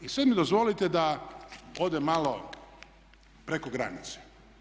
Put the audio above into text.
I sad mi dozvolite da odem malo preko granice.